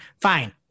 fine